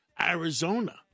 Arizona